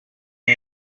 mon